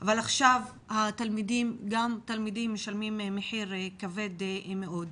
אבל עכשיו גם תלמידים משלמים מחיר כבד מאוד.